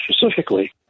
specifically